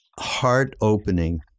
heart-opening